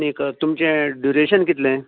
आनीक तुमचें ड्युरेशन कितलें